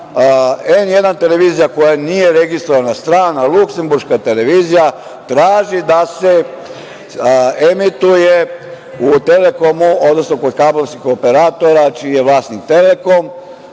N1 televizija, koja nije registrovana, strana, luksemburška televizija, traži da se emituje u „Telekomu“, odnosno kod kablovskog operatora čiji je vlasnik „Telekom“,